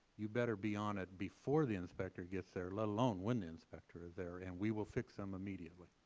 you better be on it before the inspector gets there, let alone when the inspector is there. and we will fix them immediately.